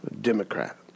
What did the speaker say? Democrat